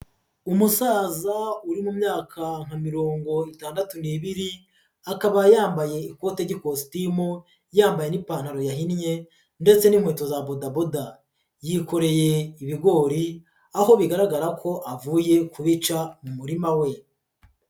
Umusaza uri mu myaka nka mirongo itandatu n'ibiri, akaba yambaye ikote ry'ikositimu, yambaye n'ipantaro yahinnye ndetse n'inkweto za bodaboda. Yikoreye ibigori, aho bigaragara ko avuye kubica mu murima we.